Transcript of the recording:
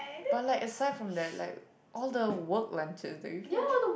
but like aside from that like all the work went to do you care